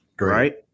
Right